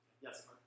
Yes